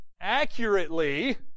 accurately